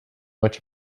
which